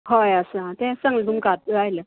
हय आसा तेंच सांगलें तुमकां आत्ता आयल्या